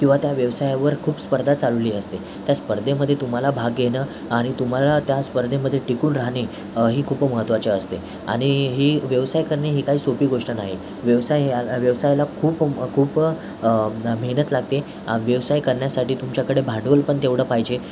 किंवा त्या व्यवसायावर खूप स्पर्धा चालली असते त्या स्पर्धेमध्ये तुम्हाला भाग घेणं आणि तुम्हाला त्या स्पर्धेमध्ये टिकून राहणे ही खूप महत्त्वाचे असते आणि ही व्यवसाय करणे ही काही सोपी गोष्ट नाही व्यवसाय या ल व्यवसायाला खूप खूप म मेहनत लागते आणि व्यवसाय करण्यासाठी तुमच्याकडे भांडवल पण तेवढं पाहिजे